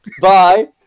bye